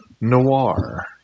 noir